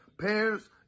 Parents